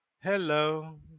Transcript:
Hello